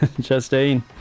Justine